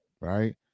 right